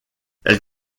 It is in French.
elle